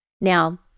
Now